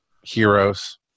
heroes